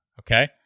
okay